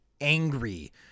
angry